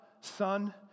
Son